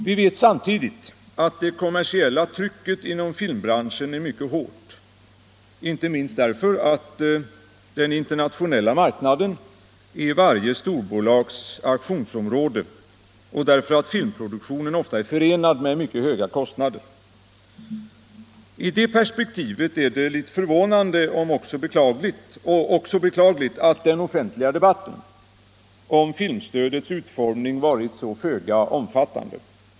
Vi vet samtidigt att det kommersiella trycket inom filmbranschen är mycket hårt, inte minst därför att den internationella marknaden är varje storbolags aktionsområde och därför att filmproduktionen ofta är förenad med mycket höga kostnader. I det perspektivet är det litet förvånande och också beklagligt att den offentliga debatten om filmstödets utformning varit så föga omfattande.